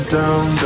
down